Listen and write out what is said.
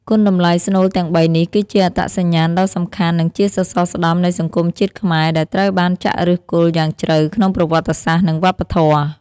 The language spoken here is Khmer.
គុណតម្លៃស្នូលទាំងបីនេះ គឺជាអត្តសញ្ញាណ ដ៏សំខាន់ និងជាសសរស្ដម្ភនៃសង្គមជាតិខ្មែរ ដែលត្រូវបានចាក់ឫសគល់យ៉ាងជ្រៅក្នុងប្រវត្តិសាស្រ្ត និងវប្បធម៌។